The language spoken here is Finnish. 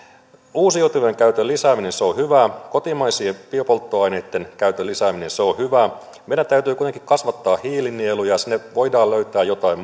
uusiutuvien käytön lisääminen on hyvä kotimaisten biopolttoaineitten käytön lisääminen on hyvä meidän täytyy kuitenkin kasvattaa hiilinieluja sinne voidaan löytää jotain